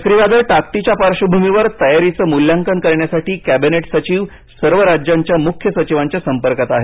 चक्रीवादळ टाकटीच्या पार्श्वभूमीवर तयारीचं मूल्यांकन करण्यासाठी कॅबिनेट सचिव सर्व राज्यांच्या मुख्य सचिवांच्या संपर्कात आहेत